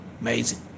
Amazing